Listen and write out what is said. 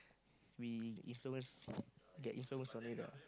we influence their influence on it ah